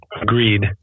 Agreed